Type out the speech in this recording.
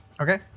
Okay